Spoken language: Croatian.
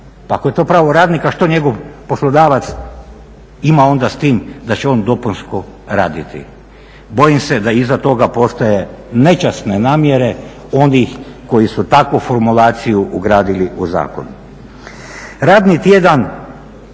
Pa ako je to pravo radnika što njegov poslodavac ima onda s tim da će on dopunsko raditi. Bojim se da iza toga postoje nečasne namjere onih koji su takvu formulaciju ugradili u zakon.